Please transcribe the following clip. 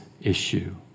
issue